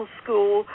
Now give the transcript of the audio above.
school